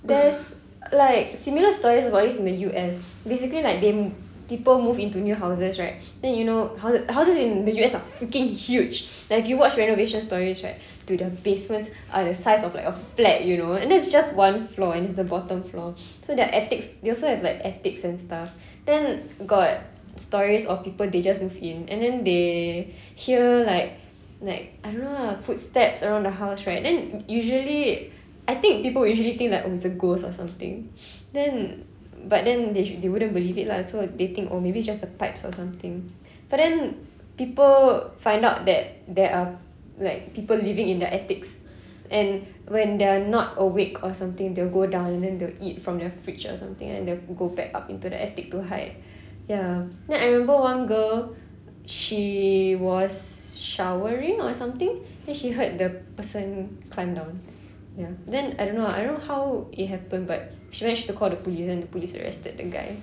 there's like similar stories about this in the U_S basically like they m~ people move into new houses right then you know houses in the U_S are freaking huge like if you watch renovation stories right dude their basements are the size of like a flat you know and that's just one floor and it's the bottom floor so their attics they also have like attics and stuff then got stories of people they just move in and then they hear like like I don't know lah footsteps around the house right then usually I think people would usually think like a ghost or something then but then they sh~ they wouldn't believe it lah so they think oh maybe just the pipes or something but then people find out that there are like people living in their attics and when they're not awake or something they'll go down and then they'll eat from their fridge or something then they'll go back up into the attic to hide ya then I remember one girl she was showering or something then she heard the person climb down ya then I don't know ah I don't know how it happened but she managed to call the police then the police arrested the guy